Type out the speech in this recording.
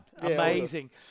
Amazing